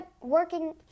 working